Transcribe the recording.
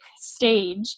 stage